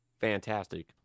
Fantastic